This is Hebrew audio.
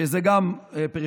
שהיא גם פריפריאלית,